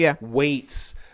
weights